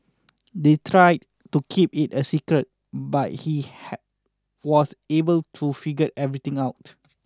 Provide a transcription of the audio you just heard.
they tried to keep it a secret but he had was able to figure everything out